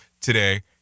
today